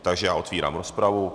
Takže otvírám rozpravu.